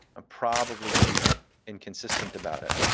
i'm probably going to be inconsistent about it.